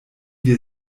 wir